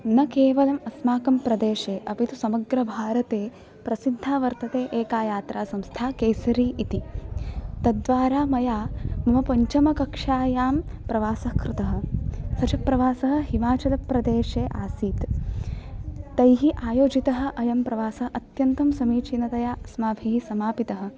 न केवलम् अस्माकं प्रदेशे अपि तु समग्रभारते प्रसिद्धा वर्तते एका यात्रा संस्था केसरी इति तत्द्वारा मया मम पञ्चमकक्ष्यायां प्रवासः कृतः स च प्रवासः हिमाचलप्रदेशे आसीत् तैः आयोजितः अयं प्रवास अत्यन्त समीचीनतया अस्माभिः समापितः